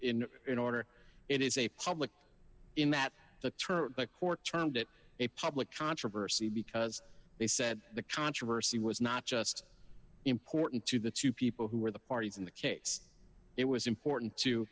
in in order it is a public in that the term the court termed it a public controversy because they said the controversy was not just important to the two people who were the parties in the case it was important to